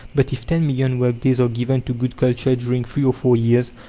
but if ten million work-days are given to good culture during three or four years,